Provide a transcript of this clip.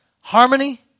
Harmony